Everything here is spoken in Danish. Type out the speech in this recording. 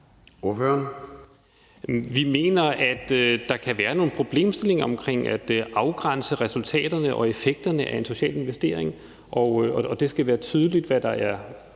Vi mener, at der kan være nogle problemstillinger omkring at afgrænse resultaterne og effekterne af en social investering, og det skal være tydeligt, hvad der er